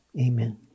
amen